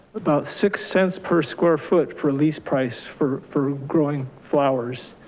about six cents per square foot for lease price for for growing flowers.